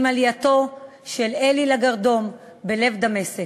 עם עלייתו של אלי לגרדום בלב דמשק.